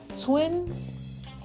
twins